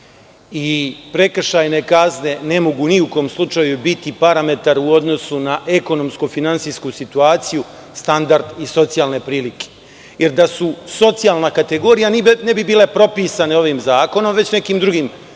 i prekršajne kazne ne mogu ni u kom slučaju biti parametar u odnosu na ekonomsko-finansijsku situaciju, standard i socijalne prilike, jer da su socijalna kategorija, ne bi bile propisane ovim zakonom, već nekim drugim zakonom,